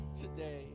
today